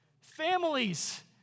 Families